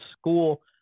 school